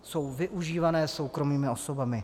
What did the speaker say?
Jsou využívané soukromými osobami.